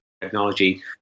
technology